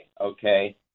okay